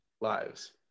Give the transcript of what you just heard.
lives